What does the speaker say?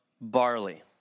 barley